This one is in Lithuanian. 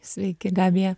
sveiki gabija